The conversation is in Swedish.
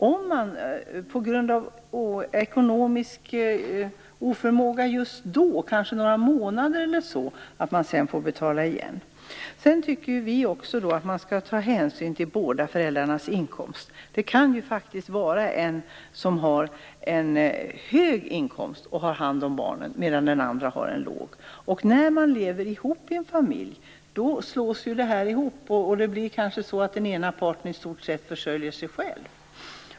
Om man på grund av tillfällig ekonomisk oförmåga får anstånd kan man kanske betala igen om några månader. Vi anser också att man skall ta hänsyn till båda föräldrarnas inkomst. Den som har hand om barnen kan faktiskt ha en hög inkomst medan den andre föräldern har låg inkomst. När man lever ihop i en familj slås ju inkomsterna ihop och den ena parten kanske i stort sett försörjer sig själv.